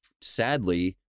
sadly